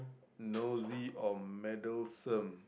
nosy or meddlesome